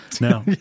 No